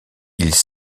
ils